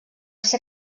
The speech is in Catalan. ser